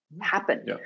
happen